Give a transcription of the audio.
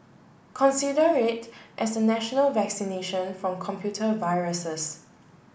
consider it as national vaccination from computer viruses